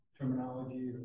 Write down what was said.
terminology